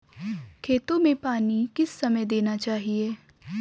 खेतों में पानी किस समय देना चाहिए?